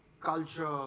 culture